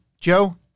Joe